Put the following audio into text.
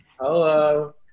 hello